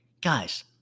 Guys